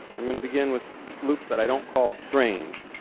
i'm going to begin with loops that i don't call strange.